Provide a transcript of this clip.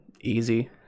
easy